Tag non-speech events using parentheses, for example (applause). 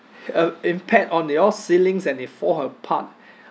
uh impact on the all ceilings and it fall apart (breath)